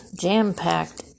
jam-packed